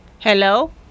Hello